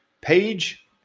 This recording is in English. Page